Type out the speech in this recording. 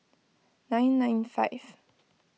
nine nine five